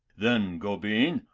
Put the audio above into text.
then, gobin,